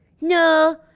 No